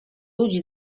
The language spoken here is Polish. ludzi